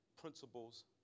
principles